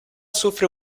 sufre